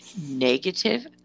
negative